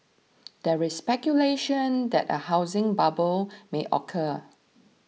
there is speculation that a housing bubble may occur